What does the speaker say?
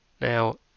Now